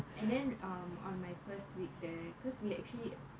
and then um on my first week there because we actually